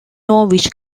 norwich